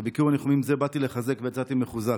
בביקור הניחומים הזה באתי לחזק ויצאתי מחוזק.